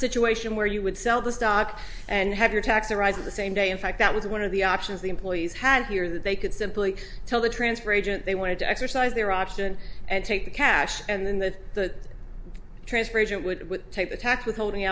situation where you would sell the stock and have your tax arise in the same day in fact that was one of the options the employees had here that they could simply tell the transfer agent they wanted to exercise their option and take the cash and then the transfer agent would take the tax withholding